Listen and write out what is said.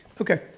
okay